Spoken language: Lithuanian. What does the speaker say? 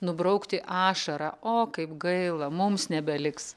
nubraukti ašarą o kaip gaila mums nebeliks